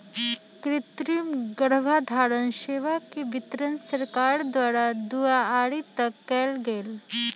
कृतिम गर्भधारण सेवा के वितरण सरकार द्वारा दुआरी तक कएल गेल